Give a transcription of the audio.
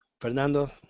Fernando